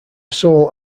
sole